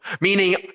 meaning